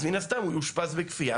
אז מן הסתם הוא יאושפז בכפייה,